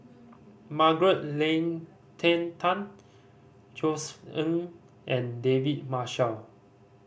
Margaret Leng Tan Josef Ng and David Marshall